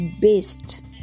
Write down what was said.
based